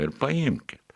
ir paimkit